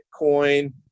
bitcoin